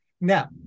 now